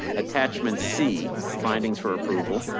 attachment c findings for approval,